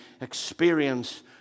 experience